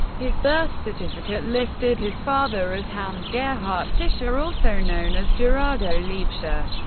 his birth certificate listed his father as hans-gerhardt fischer, also known as gerardo liebscher,